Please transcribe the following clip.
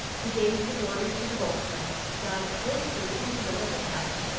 he gave his orders to the boatmen, dived briskly into the little cabin,